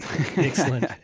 Excellent